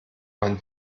man